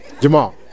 Jamal